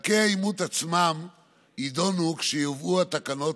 דרכי האימות עצמן יידונו כשיובאו התקנות